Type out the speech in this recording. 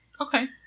Okay